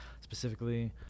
specifically